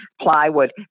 plywood